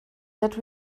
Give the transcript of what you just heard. that